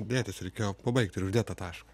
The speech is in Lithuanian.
dėtis reikėjo pabaigt ir uždėt tą tašką